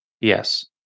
Yes